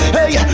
Hey